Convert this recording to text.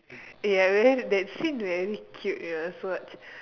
ya I realise that scene very cute you know must watch